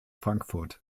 frankfurt